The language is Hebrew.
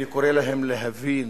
אני קורא להם להבין